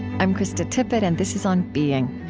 i'm krista tippett, and this is on being.